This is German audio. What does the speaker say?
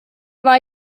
war